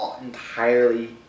entirely